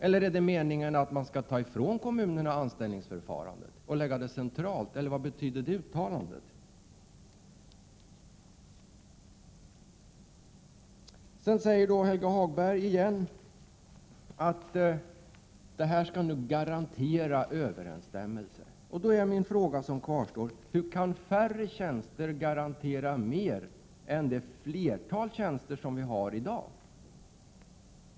Eller är det meningen att kommunerna skall tas ifrån anställningsförfarandet och att det skall läggas centralt? Vad betyder egentligen uttalandet? Helge Hagberg säger återigen att överensstämmelse nu skall garanteras, och då är min fråga: Hur kan färre tjänster garantera mer än det flertal tjänster som finns i dag?